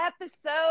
episode